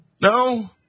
No